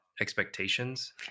expectations